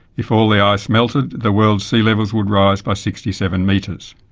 if all the ice melted the world's sea levels would rise by sixty seven metres.